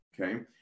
Okay